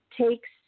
takes